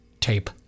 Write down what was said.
tape